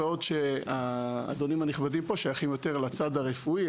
בעוד שהאדונים הנכבדים פה שייכים יותר לצד הרפואי,